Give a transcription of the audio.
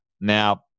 Now